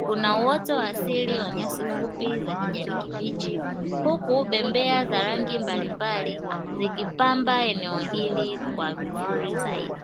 kuna uoto wa asili wa nyasi fupi za kijani kibichi huku bembea za rangi mbalimbali zikipamba eneo hili kwa uzuri zaidi.